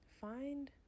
find